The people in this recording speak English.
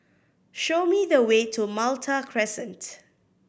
show me the way to Malta Crescent